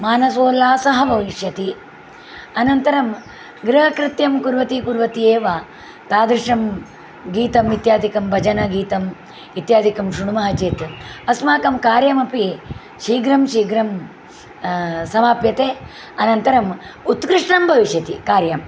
मानसोल्लासः भविष्यति अनन्तरं गृहकृत्यं कुर्वती कुर्वती एव तादृशं गीतम् इत्यादिकं भजनगीतम् इत्यादिकं श्रुण्मः चेत् अस्माकं कार्यमपि शीघ्रं शीघ्रं समाप्यते अनन्तरम् उत्कृष्टं भविष्यति कार्यम्